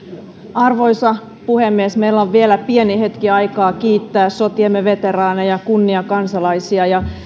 arvoisa puhemies meillä on vielä pieni hetki aikaa kiittää sotiemme veteraaneja kunniakansalaisia ja